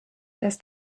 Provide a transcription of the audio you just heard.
erst